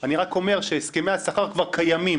אני רק אומר שהסכמי השכר כבר קיימים.